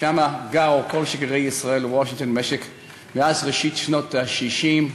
ושם גרו כל שגרירי ישראל בוושינגטון מאז ראשית שנות ה-60,